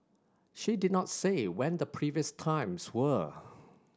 she did not say when the previous times were